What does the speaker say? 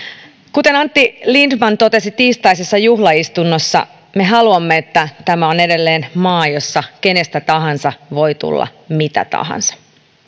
kuten antti lindtman totesi tiistaisessa juhlaistunnossa me haluamme että tämä on edelleen maa jossa kenestä tahansa voi tulla mitä tahansa